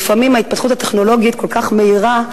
לפעמים ההתפתחות הטכנולוגית כל כך מהירה,